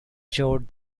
showed